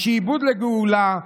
ומשעבוד לגאולה,